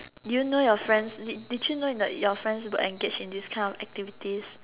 you know your friends did did you know that your friends were engage in this kind of activities